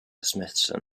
smithson